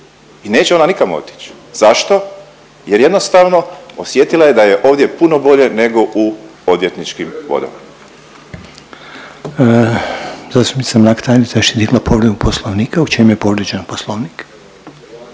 i neće ona nikamo otić. Zašto? jer jednostavno osjetila je da je ovdje puno bolje nego u odvjetničkim vodama. **Reiner, Željko (HDZ)** Zastupnica Mrak-Taritaš je digla povredu poslovnika. U čem je povrijeđen poslovnik?